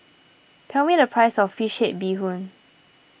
tell me the price of Fish Head Bee Hoon